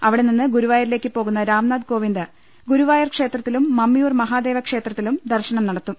അവിടെനിന്ന് ഗുരുവായൂരിലേക്ക് പോകുന്ന രാം നാഥ് കോവിന്ദ് ഗുരുവായൂർ ക്ഷേത്രത്തിലും മമ്മിയൂർ മഹാദേവ ക്ഷേത്രത്തിലും ദർശനം നടത്തും